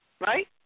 right